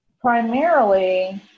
primarily